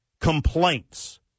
complaints